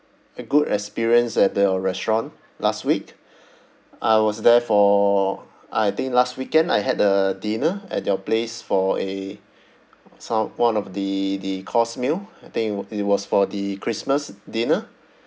a good experience at uh your restaurant last week I was there for uh I think last weekend I had a dinner at your place for a some one of the the course meal I think it wa~ it was for the christmas dinner